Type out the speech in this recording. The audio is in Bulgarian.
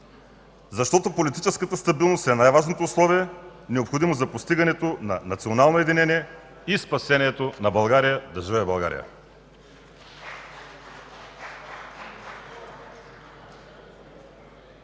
защото политическата стабилност е най-важното условие, необходимо за постигането на национално единение и спасението на България. Да живее България!